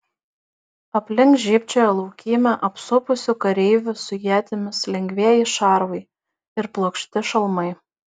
aplink žybčiojo laukymę apsupusių kareivių su ietimis lengvieji šarvai ir plokšti šalmai